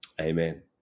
Amen